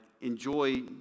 enjoy